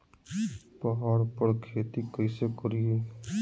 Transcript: पहाड़ पर खेती कैसे करीये?